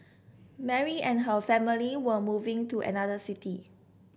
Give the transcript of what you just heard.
Mary and her family were moving to another city